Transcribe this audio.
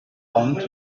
ond